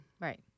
Right